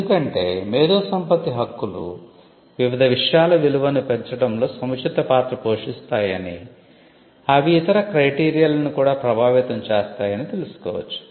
ఎందుకంటే మేధో సంపత్తి హక్కులు వివిధ విషయాల విలువను పెంచడంలో సముచిత పాత్ర పోషిస్తాయని అవి ఇతర క్రైటీరియాలను కూడా ప్రభావితం చేస్తాయని తెలుసుకోవచ్చు